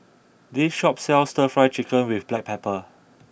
this shop sells Stir Fry Chicken with Black Pepper